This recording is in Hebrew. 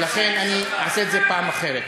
ולכן אני אעשה את זה בפעם אחרת.